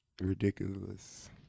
ridiculous